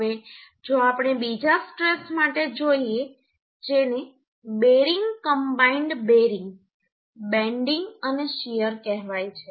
હવે જો આપણે બીજા સ્ટ્રેસ માટે જઈએ જેને બેરિંગ કમ્બાઈન્ડ બેરિંગ બેન્ડિંગ અને શીયર કહેવાય છે